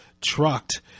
trucked